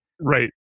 Right